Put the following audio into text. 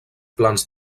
plans